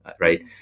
right